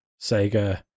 Sega